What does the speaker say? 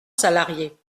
salariés